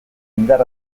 indar